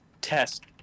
test